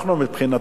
מבחינתנו,